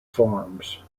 forms